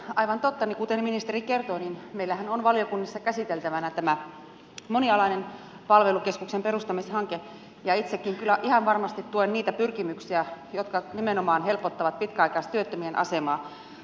aivan totta kuten ministeri kertoi meillähän on valiokunnassa käsiteltävänä tämä monialaisen palvelukeskuksen perustamishanke ja itsekin kyllä ihan varmasti tuen niitä pyrkimyksiä jotka nimenomaan helpottavat pitkäaikaistyöttömien asemaa